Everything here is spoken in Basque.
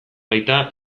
baita